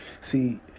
See